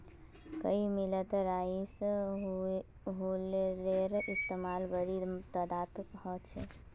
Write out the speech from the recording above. कई मिलत राइस हुलरेर इस्तेमाल बड़ी तदादत ह छे